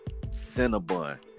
cinnabon